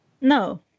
No